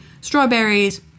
strawberries